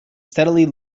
steadily